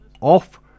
Off